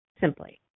Simply